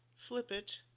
flip it,